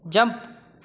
jump